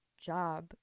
job